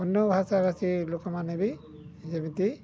ଅନ୍ୟ ଭାଷା ଭାଷୀ ଲୋକମାନେ ବି ଯେମିତି